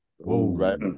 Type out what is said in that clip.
right